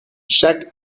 jack